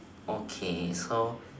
okay so